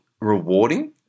rewarding